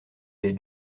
des